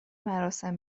مراسم